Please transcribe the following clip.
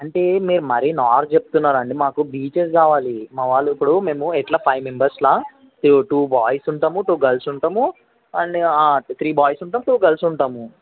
అంటే మీరు మరీ నార్త్ చెప్తున్నారు అండి మాకు బీచెస్ కావాలి మా వాళ్ళు ఇప్పుడు మేము ఇట్ల ఫైవ్ మెంబర్స్లో టూ బాయ్స్ ఉంటాము టూ గర్ల్స్ ఉంటాము అండ్ త్రీ బాయ్స్ ఉంటాము టూ గర్ల్స్ ఉంటాము